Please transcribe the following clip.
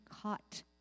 caught